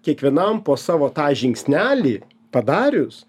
kiekvienam po savo tą žingsnelį padarius